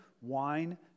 wine